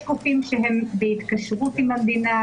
יש גופים שהם בהתקשרות עם המדינה,